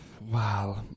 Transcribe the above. Wow